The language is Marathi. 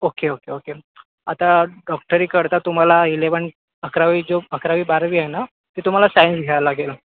ओके ओके ओके आता डॉक्टरी करता तुम्हाला एलेवन अकरावी जो अकरावी बारावी आहे ना ती तुम्हाला सायन्स घ्या लागेल